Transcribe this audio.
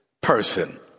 person